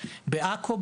בעכו,